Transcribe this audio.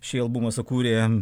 šį albumą sukūrė